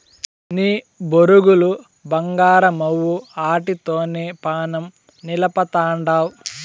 నీ బొరుగులు బంగారమవ్వు, ఆటితోనే పానం నిలపతండావ్